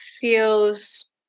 feels